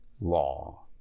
law